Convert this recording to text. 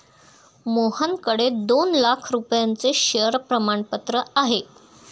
मोहनकडे दोन लाख रुपयांचे शेअर प्रमाणपत्र आहे